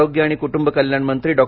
आरोग्य आणि कुटुंब कल्याण मंत्री डॉ